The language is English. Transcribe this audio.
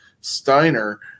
Steiner